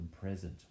present